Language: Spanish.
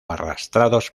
arrastrados